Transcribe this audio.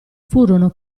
furono